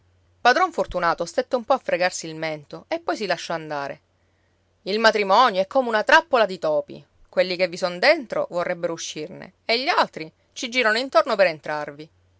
padron fortunato stette un po a fregarsi il mento e poi si lasciò andare il matrimonio è come una trappola di topi quelli che son dentro vorrebbero uscirne e gli altri ci girano intorno per entrarvi